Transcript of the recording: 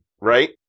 right